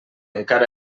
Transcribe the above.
encara